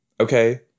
Okay